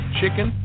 chicken